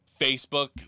Facebook